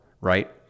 right